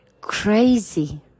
crazy